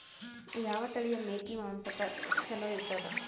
ಯಾವ ತಳಿಯ ಮೇಕಿ ಮಾಂಸಕ್ಕ ಚಲೋ ಇರ್ತದ?